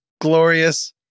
glorious